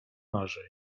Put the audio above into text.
marzeń